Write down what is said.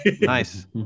nice